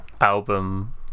album